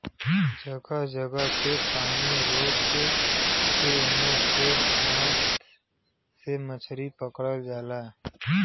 जगह जगह पे पानी रोक के फिर ओमे से हाथ से मछरी पकड़ल जाला